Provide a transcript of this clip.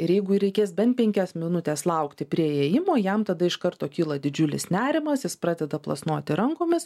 ir jeigu reikės bent penkias minutes laukti prie įėjimo jam tada iš karto kyla didžiulis nerimas jis pradeda plasnoti rankomis